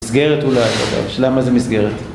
מסגרת אולי, למה זה מסגרת?